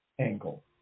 angle